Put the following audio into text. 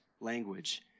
language